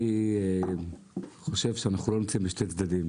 אני חושב שאנחנו לא נמצאים בשני צדדים.